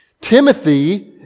Timothy